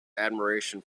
admiration